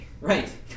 Right